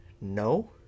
no